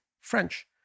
French